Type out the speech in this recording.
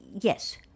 yes